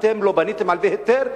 אתם לא בניתם על-פי היתר,